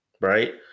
right